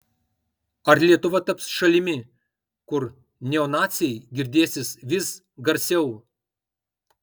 ar lietuva taps šalimi kur neonaciai girdėsis vis garsiau